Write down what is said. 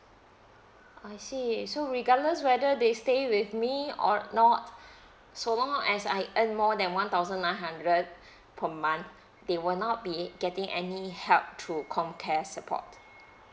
I see so regardless whether they stay with me or not so long as I earn more than one thousand nine hundred per month they will not be getting any help through comcare support